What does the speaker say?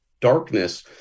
darkness